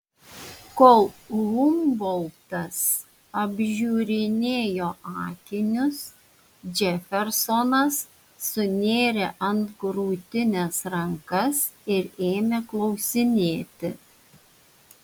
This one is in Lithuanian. kol humboltas apžiūrinėjo akinius džefersonas sunėrė ant krūtinės rankas ir ėmė klausinėti